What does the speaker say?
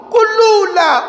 Kulula